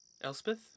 Elspeth